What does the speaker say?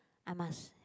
I must